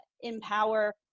empower